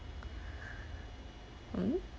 mm